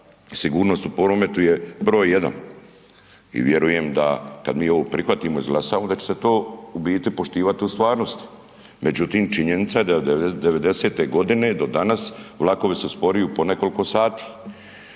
sigurnost u prometu je broj jedan i vjerujem da mi kada ovo prihvatimo i izglasamo da će se to u biti poštivati u stvarnosti. Međutim činjenica je da je od devedesete godine do danas vlakovi su sporiji po nekoliko sati,